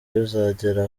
bizagera